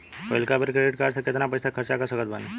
पहिलका बेर credit card से केतना पईसा खर्चा कर सकत बानी?